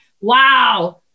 wow